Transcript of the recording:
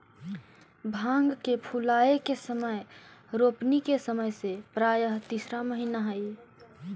भांग के फूलाए के समय रोपनी के समय से प्रायः तीसरा महीना हई